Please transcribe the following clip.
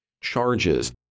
charges